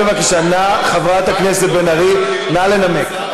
חברת הכנסת בן ארי, נא לנמק.